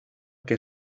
que